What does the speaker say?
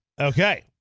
Okay